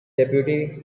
deputy